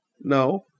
No